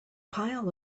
pile